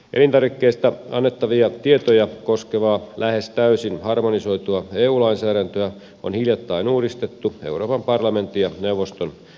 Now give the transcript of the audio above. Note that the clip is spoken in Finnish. elintarvikkeista annettavia tietoja koskevaa lähes täysin harmonisoitua eu lainsäädäntöä on hiljattain uudistettu euroopan parlamentin ja neuvoston asetuksilla